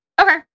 Okay